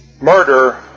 murder